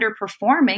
underperforming